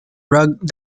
rugged